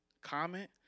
comment